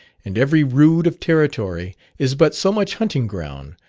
and every rood of territory is but so much hunting ground,